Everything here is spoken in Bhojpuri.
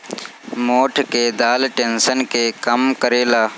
मोठ के दाल टेंशन के कम करेला